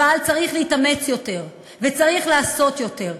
אבל צריך להתאמץ יותר וצריך לעשות יותר,